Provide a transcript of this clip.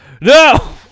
No